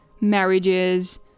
marriages